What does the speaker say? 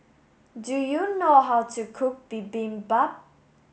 do you know how to cook Bibimbap